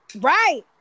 Right